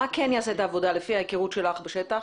מה כן יעשה את העבודה לפי ההיכרות שלך בשטח?